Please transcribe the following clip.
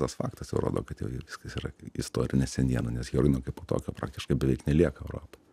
stas faktas rodo kad viskas yra istorinė seniena nes heroino kaipo tokio praktiškai beveik nelieka europoj